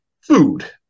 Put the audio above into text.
food